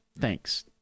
Thanks